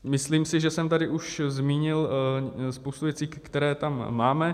Myslím si, že jsem tady už zmínil spoustu věcí, které tam máme.